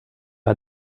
hat